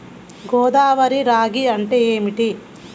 గోదావరి రాగి అంటే ఏమిటి?